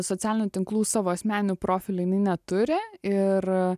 socialinių tinklų savo asmeninių profilių jinai neturi ir